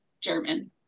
German